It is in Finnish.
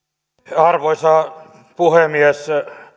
arvoisa puhemies